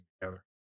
together